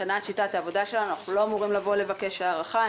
מבחינת שיטת העבודה שלנו אנחנו לא אמורים לבקש הארכה.